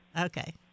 okay